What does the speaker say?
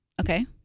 okay